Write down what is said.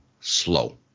slow